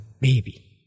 baby